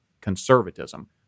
conservatism